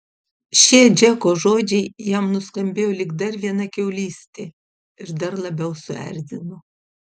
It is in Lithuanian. šie džeko žodžiai jam nuskambėjo lyg dar viena kiaulystė ir dar labiau suerzino